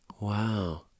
Wow